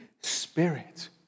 Spirit